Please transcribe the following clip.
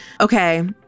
Okay